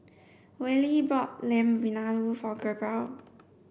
Wally bought Lamb Vindaloo for Gabrielle